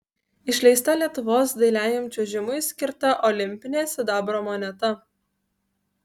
išleista lietuvos dailiajam čiuožimui skirta olimpinė sidabro moneta